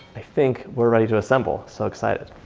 i think we're ready to assemble, so excited.